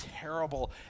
terrible